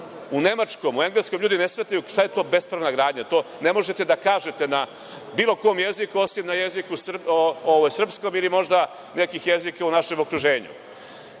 U Nemačkoj i Engleskoj ljudi ne shvataju šta je to bespravna gradnja. To ne možete da kažete na bilo kom jeziku, osim na jeziku srpskom ili možda nekom jeziku iz našeg okruženja.U